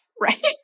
right